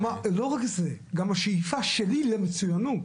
גם השאיפה שלי למצויינות.